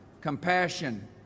compassion